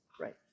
Right